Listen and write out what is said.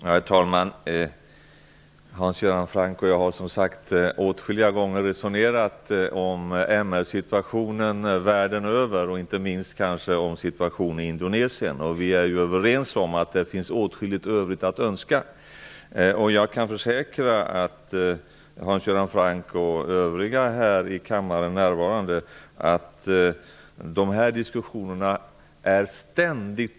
Herr talman! Hans Göran Franck och jag har, som sagt, åtskilliga gånger resonerat om MR situationen världen över, inte minst i Indonesien. Vi är överens om att det finns åtskilligt övrigt att önska. Jag kan försäkra Hans Göran Franck och övriga närvarande i kammaren att dessa diskussioner förs ständigt.